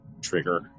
trigger